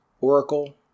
Oracle